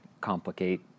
complicate